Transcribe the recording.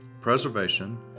preservation